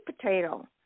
potato